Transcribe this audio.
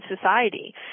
society